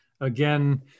again